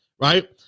right